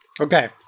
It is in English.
Okay